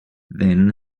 then